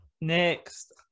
Next